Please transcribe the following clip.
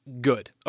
good